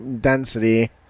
density